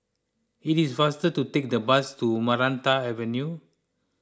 it is faster to take the bus to Maranta Avenue